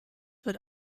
wird